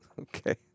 Okay